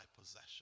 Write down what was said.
possession